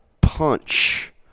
punch